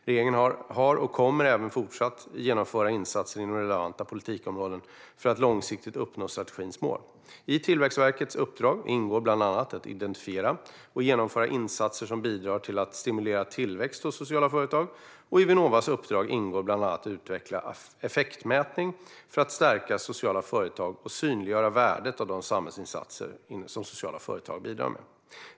Regeringen har genomfört och kommer även fortsatt att genomföra insatser inom relevanta politikområden för att långsiktigt uppnå strategins mål. I Tillväxtverkets uppdrag ingår bland annat att identifiera och genomföra insatser som bidrar till att stimulera tillväxt hos sociala företag, och i Vinnovas uppdrag ingår bland annat att utveckla effektmätning för att stärka sociala företag och synliggöra värdet av de samhällsinsatser som sociala företag bidrar med.